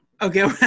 Okay